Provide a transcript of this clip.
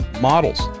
models